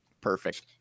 Perfect